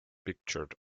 pictured